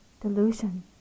delusion